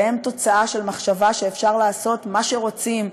והם תוצאה של מחשבה שאפשר לעשות מה שרוצים,